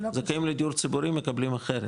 זכאים לדיור ציבורי מקבלים אחרת,